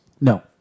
No